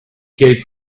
gave